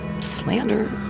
slander